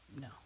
no